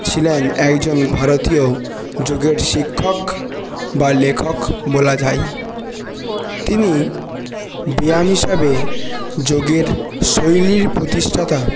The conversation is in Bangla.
ছিলেন একজন ভারতীয় যোগের শিক্ষক বা লেখক বলা যায় তিনি ব্যায়াম হিসাবে যোগের শৈলীর প্রতিষ্ঠাতা